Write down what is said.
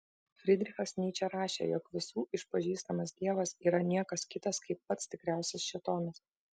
fridrichas nyčė rašė jog visų išpažįstamas dievas yra niekas kitas kaip pats tikriausias šėtonas